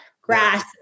grass